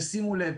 שימו לב,